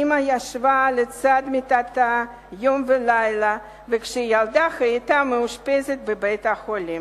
אמה ישבה לצד מיטתה יום ולילה כשהילדה היתה מאושפזת בבית-החולים.